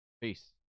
Peace